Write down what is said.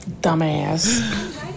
Dumbass